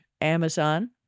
Amazon